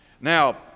Now